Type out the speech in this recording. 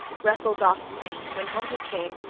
hrethel's offspring, when home he came,